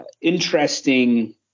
interesting